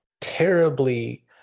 terribly